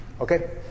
Okay